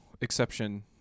exception